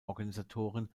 organisatoren